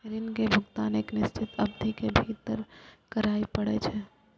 ऋण के भुगतान एक निश्चित अवधि के भीतर करय पड़ै छै